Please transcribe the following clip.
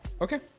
Okay